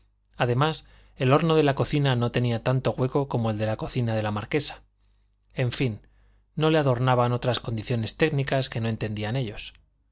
además el horno de la cocina no tenía tanto hueco como el de la cocina de la marquesa en fin no le adornaban otras condiciones técnicas que no entendían ellos